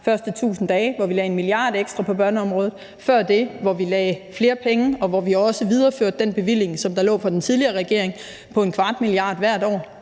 første 1.000 dage, hvor vi lagde 1 mia. kr. ekstra på børneområdet, og før det, hvor vi lagde flere penge og også videreførte den bevilling, der lå fra den tidligere regering, på 250 mio. kr. hvert år.